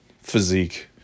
physique